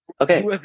okay